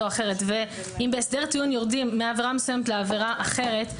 או אחרת ואם בהסדר טיעון יורדים מעבירה מסוימת לעבירה אחרת,